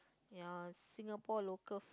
ya Singapore local